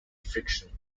friction